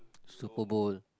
Superbowl